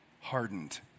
hardened